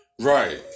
right